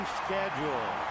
schedule